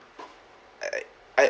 I I